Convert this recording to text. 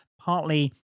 partly